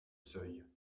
seuil